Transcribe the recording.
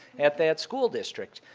at that's school district.